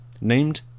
named